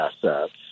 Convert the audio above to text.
assets